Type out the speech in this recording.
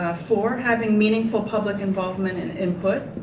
four, having meaningful public involvement and input.